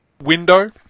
window